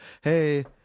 Hey